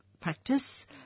practice